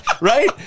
right